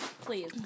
Please